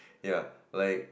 ya like